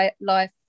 life